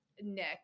Nick